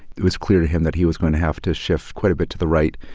it was clear to him that he was going to have to shift quite a bit to the right.